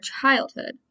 childhood